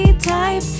type